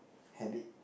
habit